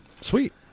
Sweet